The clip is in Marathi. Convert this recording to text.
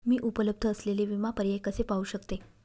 मी उपलब्ध असलेले विमा पर्याय कसे पाहू शकते?